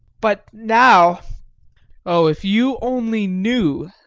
but now oh, if you only knew!